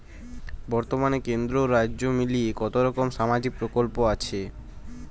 বতর্মানে কেন্দ্র ও রাজ্য মিলিয়ে কতরকম সামাজিক প্রকল্প আছে?